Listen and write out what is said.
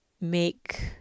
make